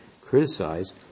criticize